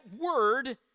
word